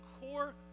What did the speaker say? core